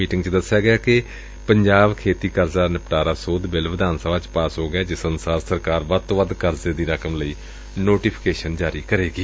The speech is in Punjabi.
ਮੀਟਿੰਗ ਚ ਦਸਿਆ ਗਿਆ ਕਿ ਪੰਜਾਬ ਖੇਤੀ ਕਰਜ਼ਾ ਨਿਪਟਾਰਾ ਸੋਧ ਬਿੱਲ ਵਿਧਾਨ ਸਭਾ ਚ ਪਾਸ ਹੋ ਗਿਐ ਜਿਸ ਅਨੁਸਾਰ ਸਰਕਾਰ ਵੱਧ ਤੋ ਵੱਧ ਕਰਜ਼ੇ ਲਈ ਰਕਮ ਦੀ ਨੋਟੀਫੀਕੇਸ਼ਨ ਕਰੇਗੀ